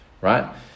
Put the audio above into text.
right